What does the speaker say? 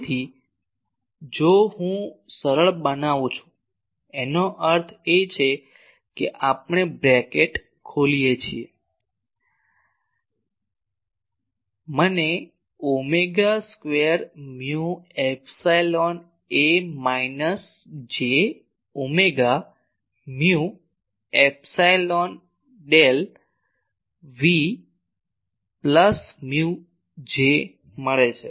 તેથી અહીં જો હું સરળ બનાવું છું એનો અર્થ એ કે આપણે બ્રેકેટ ખોલીએ છીએ મને omega square mu epsilon A minus j omega mu epsilon del V plus mu J મળે છે